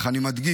אך אני מדגיש: